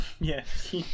Yes